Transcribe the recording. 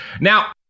Now